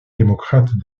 démocrate